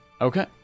Okay